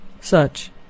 Such